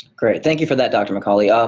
great. thank you for that, dr. mcauley. um